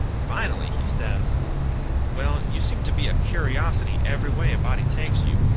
finally he says well, you seem to be a curiosity every way a body takes you.